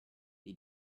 the